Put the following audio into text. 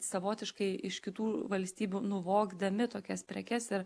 savotiškai iš kitų valstybių nuvogdami tokias prekes ir